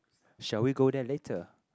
shall we go there later